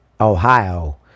Ohio